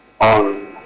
on